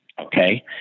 Okay